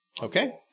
Okay